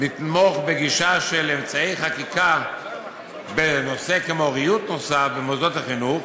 נתמוך בגישה של אמצעי חקיקה בנושא כמו ריהוט נוסף במוסדות החינוך,